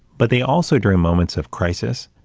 but they also, during moments of crisis,